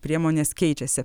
priemonės keičiasi